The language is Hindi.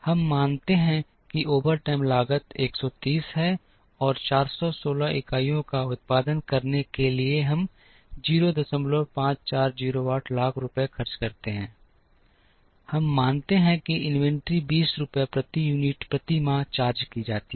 हम मानते हैं कि ओवरटाइम लागत 130 है और 416 इकाइयों का उत्पादन करने के लिए हम 05408 लाख रुपये खर्च करते हैं हम मानते हैं कि इन्वेंट्री 20 रुपये प्रति यूनिट प्रति माह चार्ज की जाती है